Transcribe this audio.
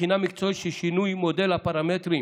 בחינה מקצועית של שינוי מודל הפרמטרים